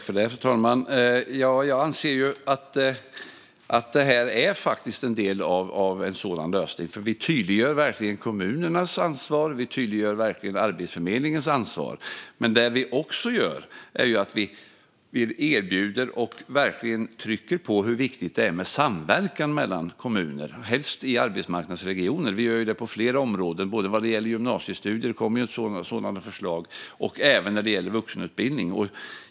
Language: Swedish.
Fru talman! Jag anser att det här faktiskt är en del av en sådan lösning. Vi tydliggör verkligen kommunernas ansvar, och vi tydliggör verkligen Arbetsförmedlingens ansvar. Men det vi också gör är att vi erbjuder och trycker på hur viktigt det är med samverkan mellan kommuner, helst i arbetsmarknadsregioner. Vi gör det på flera områden både vad gäller gymnasiestudier, som det kommer förslag om, och när det gäller vuxenutbildning.